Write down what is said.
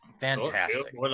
fantastic